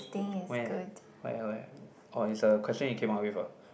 where where where oh is a question you came out with ah